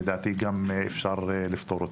לדעתי גם אפשר לפתור אותן,